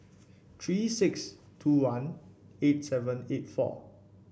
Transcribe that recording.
three six two one eight seven eight four